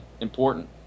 important